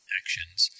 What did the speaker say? actions